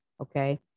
okay